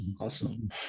awesome